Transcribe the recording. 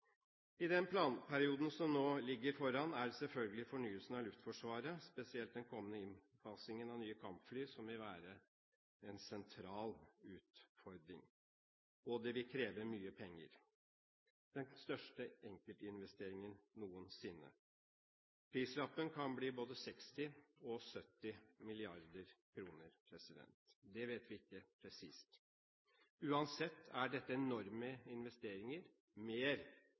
I den planperioden som nå ligger foran oss, vil selvfølgelig fornyelsen av Luftforsvaret, spesielt den kommende innfasingen av nye kampfly, være en sentral utfordring. Det vil kreve mye penger. Det er den største enkeltinvesteringen noensinne. Prislappen kan bli på både 60 og 70 mrd. kr – vi vet det ikke presist. Uansett er dette enorme investeringer, og mer